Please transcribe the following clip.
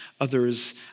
others